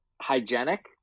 hygienic